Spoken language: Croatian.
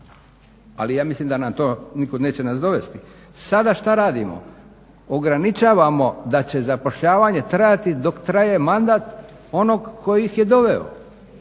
Ali ja mislim da nas to nikud neće dovesti. Sada što radimo? Ograničavamo da će zapošljavanje trajati dok traje mandat onog koji ih je doveo.